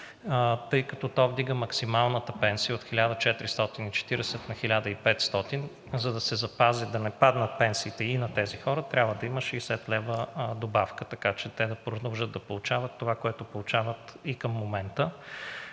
Тъй като то вдига максималната пенсия от 1440 лв. на 1500 лв., за да се запази да не паднат пенсиите на тези хора, трябва да има 60 лв. добавка, така че те да продължат да получават това, което получават и към момента.